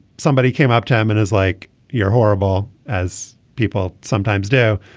somebody came up to him and is like you're horrible as people sometimes do.